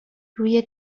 روی